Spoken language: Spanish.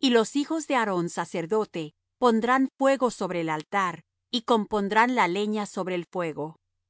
y los hijos de aarón sacerdote pondrán fuego sobre el altar y compondrán la leña sobre el fuego